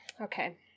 okay